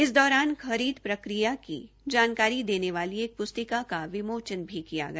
इस दौरान खरीद प्रक्रिया की जानकारी देने वाली एक पुस्तिका का विमोचन भी किया गया